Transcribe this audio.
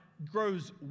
grows